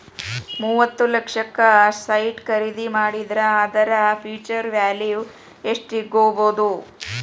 ಮೂವತ್ತ್ ಲಕ್ಷಕ್ಕ ಸೈಟ್ ಖರಿದಿ ಮಾಡಿದ್ರ ಅದರ ಫ್ಹ್ಯುಚರ್ ವ್ಯಾಲಿವ್ ಯೆಸ್ಟಾಗ್ಬೊದು?